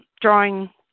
drawing